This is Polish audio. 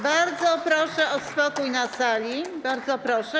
Bardzo proszę o spokój na sali, bardzo proszę.